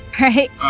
right